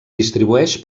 distribueix